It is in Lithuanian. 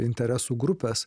interesų grupės